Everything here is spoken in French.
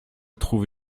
trouve